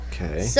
Okay